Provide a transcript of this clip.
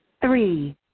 Three